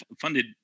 funded